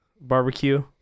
barbecue